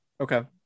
okay